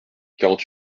quarante